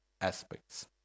aspects